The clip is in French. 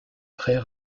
très